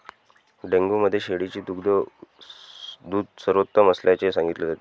dengue मध्ये शेळीचे दूध सर्वोत्तम असल्याचे सांगितले जाते